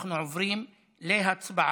אנחנו עוברים להצבעה